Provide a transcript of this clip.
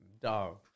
Dog